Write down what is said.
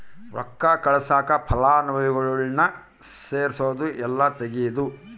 ರೊಕ್ಕ ಕಳ್ಸಾಕ ಫಲಾನುಭವಿಗುಳ್ನ ಸೇರ್ಸದು ಇಲ್ಲಾ ತೆಗೇದು